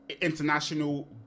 international